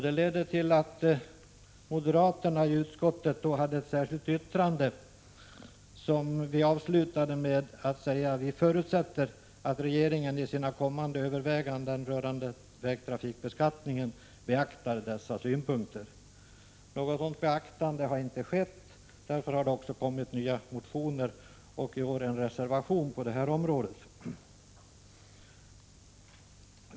Den ledde till att moderaterna i utskottet fogade ett särskilt yttrande till betänkandet, vilket vi avslutade med att säga att vi förutsatte att regeringen i sina kommande överväganden rörande vägtrafikbeskattningen skulle beakta dessa synpunkter. Något sådant beaktande har inte skett. Därför har nu nya motioner väckts, och i år har även en reservation fogats till betänkandet beträffande detta.